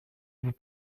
vous